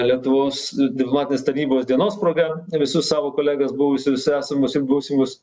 lietuvos diplomatinės tarnybos dienos proga visus savo kolegas buvusius esamus ir būsimus